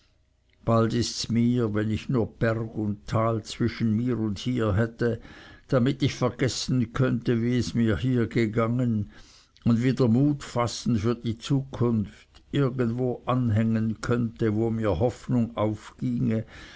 bald ists mir wenn ich nur berg und tal zwischen mir und hier hätte damit ich vergessen konnte wie es mir hier gegangen und wieder mut fassen für die zukunft irgendwo anhängen könnte wo mir die hoffnung aufginge